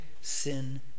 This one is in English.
sin